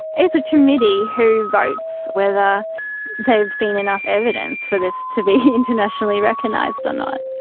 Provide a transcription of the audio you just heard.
it's a committee who votes whether they've seen enough evidence for this to be internationally recognised or not.